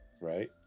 right